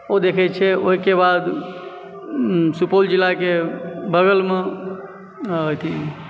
ओ देखै छै ओहिके बाद सुपौल जिलाके बगलमे अथी